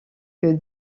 que